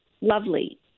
lovely